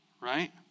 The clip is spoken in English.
right